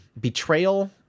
betrayal